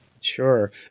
Sure